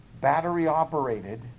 battery-operated